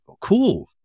cool